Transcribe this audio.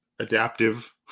Adaptive